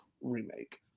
remake